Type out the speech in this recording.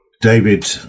David